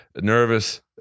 nervous